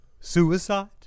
suicide